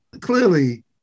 clearly